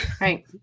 right